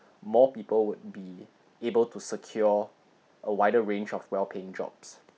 more people would be able to secure a wider range of well-paying jobs